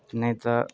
नेईं तां